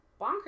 bonkers